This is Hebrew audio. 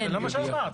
זה לא מה שאמרת.